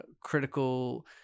critical